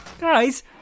Guys